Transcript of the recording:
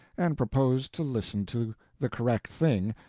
and proposed to listen to the correct thing,